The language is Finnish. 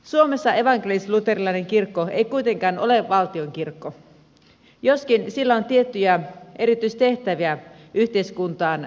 suomessa evankelisluterilainen kirkko ei kuitenkaan ole valtionkirkko joskin sillä on tiettyjä erityistehtäviä yhteiskuntaan nähden